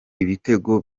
ibitego